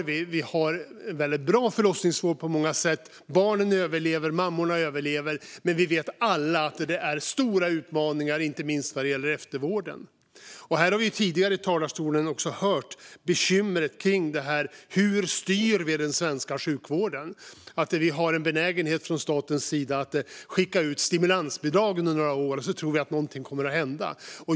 Vi har väldigt bra förlossningsvård på många sätt. Barnen och mammorna överlever. Men vi vet alla att det finns stora utmaningar, inte minst vad gäller eftervården. Vi har tidigare i talarstolen också hört om bekymret när det gäller hur vi styr den svenska sjukvården. Vi har från statens sida en benägenhet att skicka ut stimulansbidrag under några år, och så tror vi att något kommer att hända.